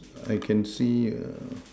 I can see err